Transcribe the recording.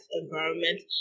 environment